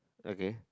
okay